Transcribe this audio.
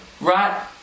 Right